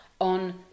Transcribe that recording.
on